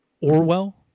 Orwell